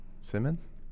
Simmons